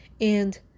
And-